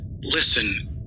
Listen